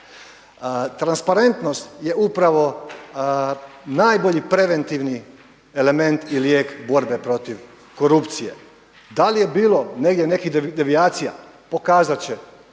Transparentnost je upravo najbolji preventivni element i lijek borbe protiv korupcije. Da li je bilo negdje nekih devijacija pokazat će